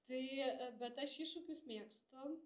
tai bet aš iššūkius mėgstu